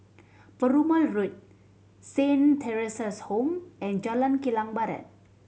Perumal Road Saint Theresa's Home and Jalan Kilang Barat